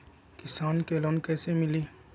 किसान के लोन कैसे मिली?